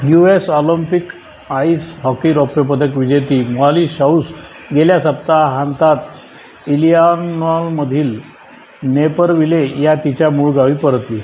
you S Olympic ice hockey रौप्यपदक विजेती Molly शाउस गेल्या सप्ताहांतात इलियानॉलमधील नेपरविले या तिच्या मूळ गावी परतली